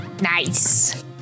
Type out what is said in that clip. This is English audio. Nice